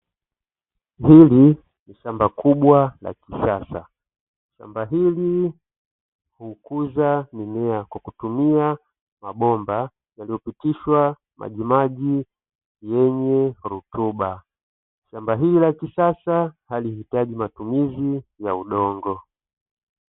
Hili ni shamba kubwa la kisasa, shamba hili hukuza mimea kwa kutumia mabomba yaliyopitishwa majimaji yenye rutuba, shamba hili la kisasa halihitaji matumizi ya udongo.